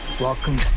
Welcome